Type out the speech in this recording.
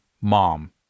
mom